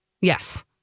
Yes